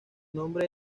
nombre